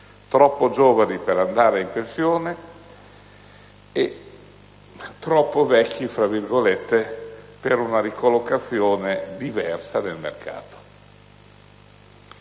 troppo giovani per andare in pensione e troppo vecchi, fra virgolette, per una diversa ricollocazione nel mercato.